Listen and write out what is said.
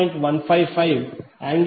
8